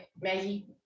maggie